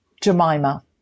Jemima